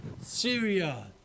Syria